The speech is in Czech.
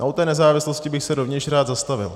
A u té nezávislosti bych se rovněž rád zastavil.